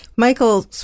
Michael